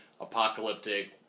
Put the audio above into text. apocalyptic